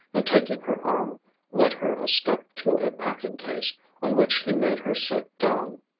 and taking her arm led her a step to a packing-case on which he made her sit down.